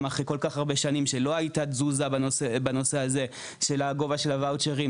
אחרי כל כך הרבה שנים שלא הייתה תזוזה בנושא גובה הוואוצ'רים.